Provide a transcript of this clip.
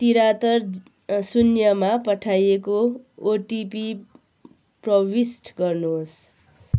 त्रिहत्तर शून्यमा पठाइएको ओटिपी प्रविष्ट गर्नुहोस्